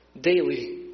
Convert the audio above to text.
Daily